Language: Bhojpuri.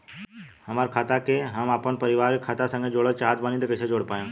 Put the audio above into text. हमार खाता के हम अपना परिवार के खाता संगे जोड़े चाहत बानी त कईसे जोड़ पाएम?